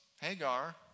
Hagar